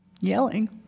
yelling